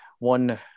One